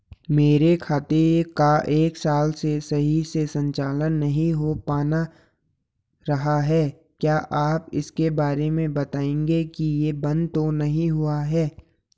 मेरे खाते का एक साल से सही से संचालन नहीं हो पाना रहा है क्या आप इसके बारे में बताएँगे कि ये बन्द तो नहीं हुआ है?